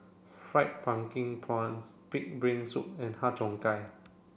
fried pumpkin prawn pig brain soup and Har Cheong Gai